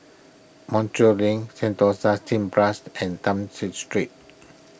Montreal Link Sentosa Cineblast and Townshend Street